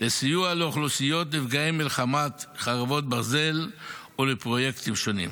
לסיוע לאוכלוסיות נפגעי מלחמת חרבות ברזל ולפרויקטים שונים.